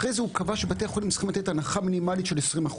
אחרי זה הוא קבע שבתי החולים צריכים לתת הנחה מינימלית של ,20%.